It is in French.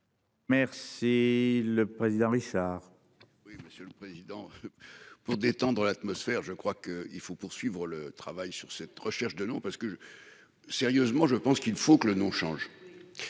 Merci. Le président Richard.